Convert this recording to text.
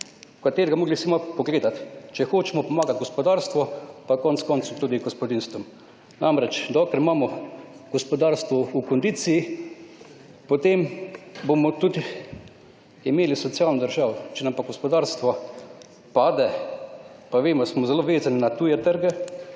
katerega bi morali si malo pogledati, če hočemo pomagati gospodarstvu in konec koncev tudi gospodinjstvom. Namreč dokler imamo gospodarstvo v kondiciji, potem bomo tudi imeli socialno državo. Če nam pa gospodarstvo pade, pa vemo, da smo zelo vezani na tuje trge,